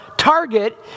Target